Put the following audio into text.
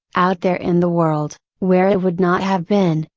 out there in the world, where it would not have been,